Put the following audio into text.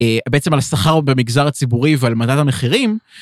בעצם על השכר במגזר הציבורי ועל מדד המכירים.